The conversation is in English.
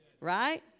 Right